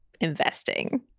investing